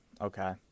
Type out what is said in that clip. okay